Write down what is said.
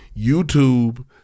YouTube